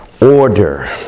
Order